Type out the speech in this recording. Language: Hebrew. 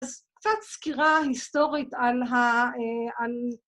‫אז קצת סקירה היסטורית ‫ען ה...